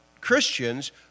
Christians